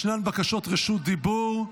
ישנן בקשות רשות דיבור.